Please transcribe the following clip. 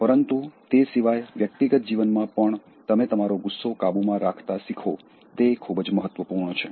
પરંતુ તે સિવાય વ્યક્તિગત જીવનમાં પણ તમે તમારો ગુસ્સો કાબૂમાં રાખતા શીખો તે ખૂબ જ મહત્વપૂર્ણ છે